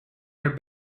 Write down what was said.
her